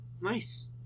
Nice